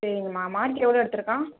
சரிங்கம்மா மார்க் எவ்வளோ எடுத்திருக்கான்